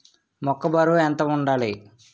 మొక్కొ బరువు ఎంత వుండాలి?